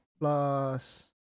plus